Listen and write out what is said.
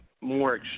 more